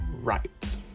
right